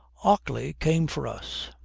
ockley came for us.